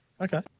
Okay